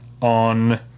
on